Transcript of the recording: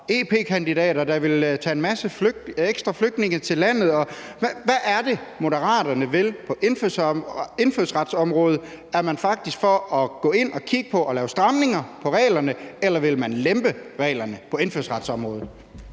EP-kandidater, der vil tage en masse ekstra flygtninge til landet, og hvad er det, Moderaterne vil på indfødsretområdet? Er man faktisk for at gå ind og kigge på at lave stramninger af reglerne på indfødsretsområdet,